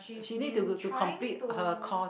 she need to to to complete her course